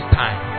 time